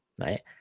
right